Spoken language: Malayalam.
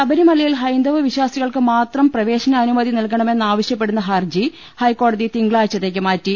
ശബരിമലയിൽ ഹൈന്ദവ വിശ്വാസികൾക്ക് മാത്രം പ്രവേശ നാനുമതി നൽകണമെന്നാവശ്യപ്പെടുന്ന ഹർജി ഹൈക്കോടതി തിങ്കളാഴ്ചത്തേക്ക് മാറ്റി